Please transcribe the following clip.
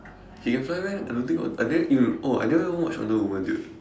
she can fly meh I don't think wo~ I think oh I didn't even watch Wonder Woman dude